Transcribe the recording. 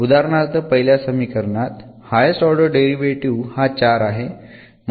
उदाहरणार्थ पहिल्या समीकरणात हायेस्ट ऑर्डर डेरिव्हेटीव्ह हा 4 आहे